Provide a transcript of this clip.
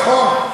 נכון.